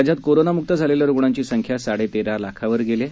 राज्यात कोरोनामुक्त झालेल्या रुग्णांची संख्या साडे तेरा लाखावर गेली आहे